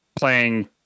playing